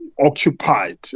Occupied